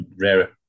rare